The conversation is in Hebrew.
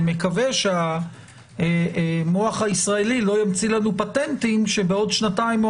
אני מקווה שהמוח הישראלי לא יצמיא לנו פטנטים שעוד שנתיים או